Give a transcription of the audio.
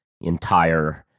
entire